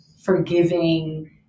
forgiving